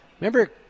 Remember